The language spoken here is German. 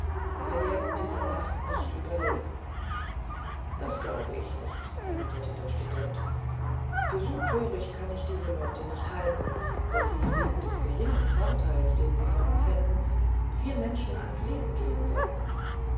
wir werden diese nacht nicht überleben das glaube ich nicht erwiderte der student für so töricht kann ich diese leute nicht halten daß sie wegen des geringen vorteils den sie von uns hätten vier menschen ans leben gehen sollten